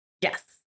Yes